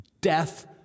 death